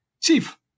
Chief